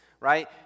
right